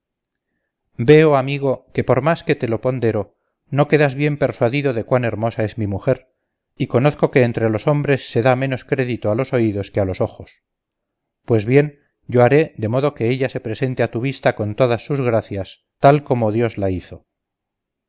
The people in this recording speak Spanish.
veo amigo que por más que te lo pondero no quedas bien persuadido de cuán hermosa es mi mujer y conozco que entre los hombres se da menos crédito a los oídos que a los ojos pues bien yo haré de modo que ella se presente a tu vista con todas sus gracias tal corno dios la hizo